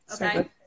Okay